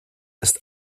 ist